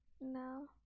No